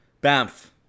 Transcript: Banff